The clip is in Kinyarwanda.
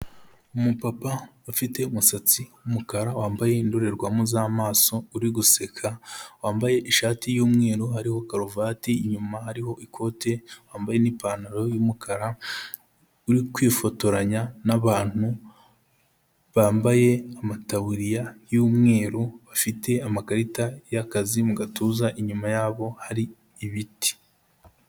Umupapa ufite umusatsi w'umukara, wambaye indorerwamo z'amaso uri guseka, wambaye ishati y'umweru hariho karuvati, inyuma hariho ikote, wambaye n'ipantaro y'umukara, uri kwifotoranya n'abantu, bambaye amataburiya y'umweru, bafite amakarita y'akazi mu gatuza, inyuma yabo hari ibiti.